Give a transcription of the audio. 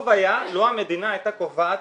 טוב היה לו המדינה היתה קובעת,